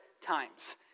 times